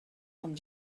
com